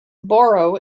boro